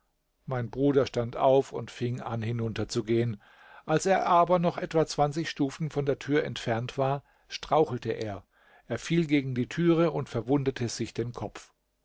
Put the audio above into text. mein bruder stand auf und fing an hinunter zu gehen als er aber noch etwa stufen von der tür entfernt war strauchelte er er fiel gegen die türe und verwundete sich den kopf